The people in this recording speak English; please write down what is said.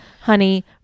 Honey